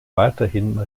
weiterhin